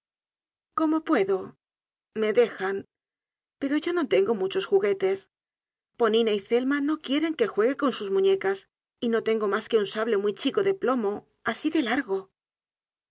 como puedo me dejan pero yo no tengo muchos juguetes ponina y zelma no quieren que juegue con sus muñecas y no tengo mas que un sable muy chico de plomo asi de largo